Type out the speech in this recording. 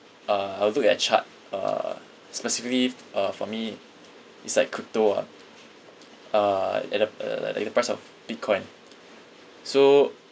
uh I'll look at chart uh specifically uh for me it's like couture uh at the uh like like the price of bitcoin so